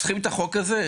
צריכים את החוק הזה?